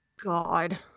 God